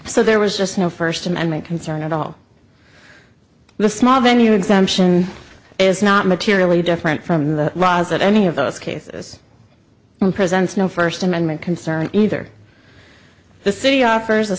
so there was just no first amendment concern at all the small venue exemption is not materially different from the raws that any of those cases presents no first amendment concern either the city offers a